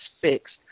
fixed